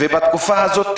בתקופה הזו,